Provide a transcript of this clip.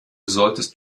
solltest